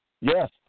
yes